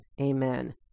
Amen